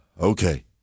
okay